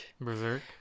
Berserk